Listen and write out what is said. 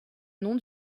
nom